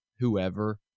whoever